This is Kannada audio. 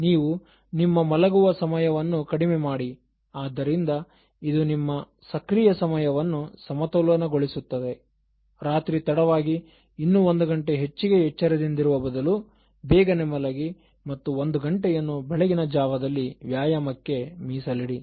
ನೀವು ನಿಮ್ಮ ಮಲಗುವ ಸಮಯವನ್ನು ಕಡಿಮೆ ಮಾಡಿ ಆದ್ದರಿಂದ ಇದು ನಿಮ್ಮ ಸಕ್ರಿಯ ಸಮಯವನ್ನು ಸಮತೋಲನಗೊಳಿಸುತ್ತದೆ ರಾತ್ರಿ ತಡವಾಗಿ ಇನ್ನೂ ಒಂದು ಗಂಟೆ ಹೆಚ್ಚಿಗೆ ಎಚ್ಚರದಿಂದಿರುವ ಬದಲು ಬೇಗನೆ ಮಲಗಿ ಮತ್ತು ಒಂದು ಗಂಟೆಯನ್ನು ಬೆಳಗಿನ ಜಾವದಲ್ಲಿ ವ್ಯಾಯಾಮಕ್ಕೆ ಮೀಸಲಿಡಿ